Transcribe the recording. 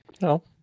No